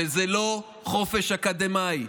וזה לא חופש אקדמי.